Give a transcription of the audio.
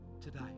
today